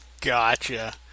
Gotcha